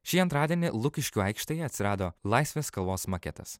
šį antradienį lukiškių aikštėje atsirado laisvės kalvos maketas